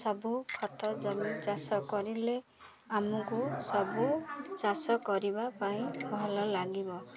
ସବୁ ଖତ ଜମି ଚାଷ କରିଲେ ଆମକୁ ସବୁ ଚାଷ କରିବା ପାଇଁ ଭଲ ଲାଗିବ